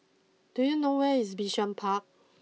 do you know where is Bishan Park